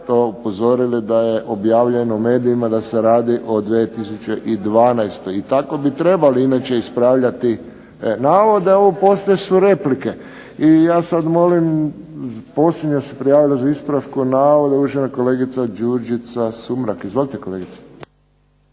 to upozorili da je objavljeno u medijima da se radi o 2012. I tako bi trebali inače ispravljati navode. A ovo poslije su replike. I ja sad molim, posljednja se prijavila za ispravku navoda, uvažena kolegica Đurđica Sumrak. Izvolite kolegice.